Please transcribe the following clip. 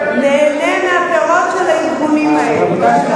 נהנה מהפירות של הארגונים האלה.